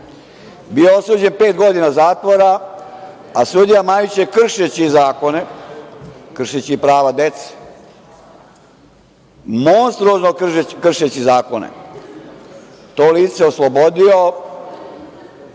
bio osuđen na pet godina zatvora, a sudija Majić je kršeći zakone, kršeći prava dece, monstruozno kršeći zakone to lice oslobodio